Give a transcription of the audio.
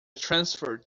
transferred